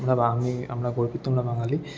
আমরা আমরা গর্বিত আমরা বাঙালি